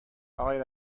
آقای